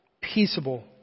peaceable